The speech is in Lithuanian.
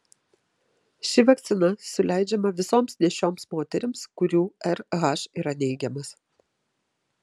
ši vakcina suleidžiama visoms nėščioms moterims kurių rh yra neigiamas